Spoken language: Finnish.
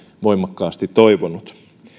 voimakkaasti toivonut